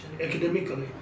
academically